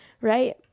right